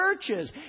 churches